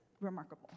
remarkable